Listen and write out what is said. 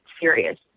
serious